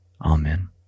Amen